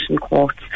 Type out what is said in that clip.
courts